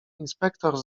inspektor